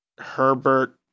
Herbert